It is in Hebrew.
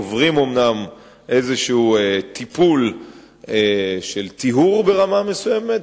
עוברים אומנם איזה טיפול של טיהור ברמה מסוימת,